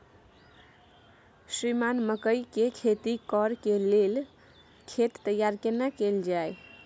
श्रीमान मकई के खेती कॉर के लेल खेत तैयार केना कैल जाए?